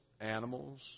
Animals